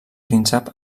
príncep